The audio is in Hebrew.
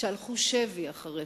שהלכו שבי אחריך.